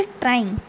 trying